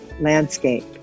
landscape